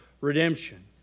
redemption